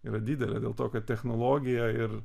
yra didelė dėl to kad technologija ir